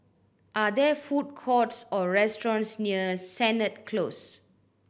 are there food courts or restaurants near Sennett Close